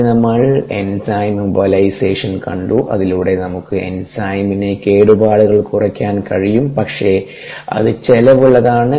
പിന്നെ നമ്മൾ enzyme immobilisation കണ്ടു അതിലൂടെ നമുക്ക് എൻസൈമിന് കേടുപാടുകൾ കുറയ്ക്കാൻ കഴിയും പക്ഷേ അത് ചിലവുള്ളതാണ്